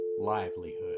livelihood